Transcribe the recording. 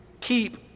keep